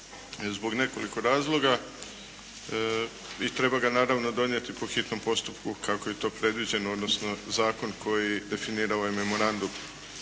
zbog nekoliko razloga i treba ga naravno donijeti po hitnom postupku kako je to predviđeno odnosno zakon koji definira ovaj memorandum.